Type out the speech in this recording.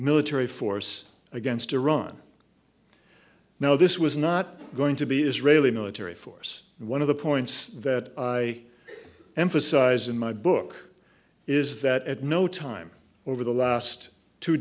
military force against iran now this was not going to be israeli military force one of the points that i emphasized in my book is that at no time over the last two